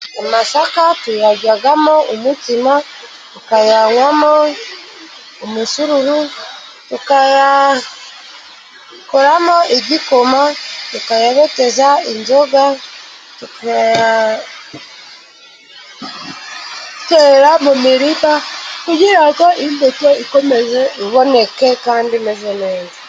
Amasaka tuyaryamo umutsima, tukayanywamo umusururu, tukayakoramo igikoma, tukayabeteza inzoga, tukayatera mu mirima kugira ngo imbuto ikomeze iboneke, kandi imeze neza.